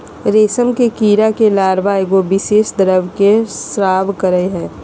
रेशम के कीड़ा के लार्वा एगो विशेष द्रव के स्त्राव करय हइ